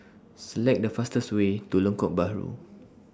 Select The fastest Way to Lengkok Bahru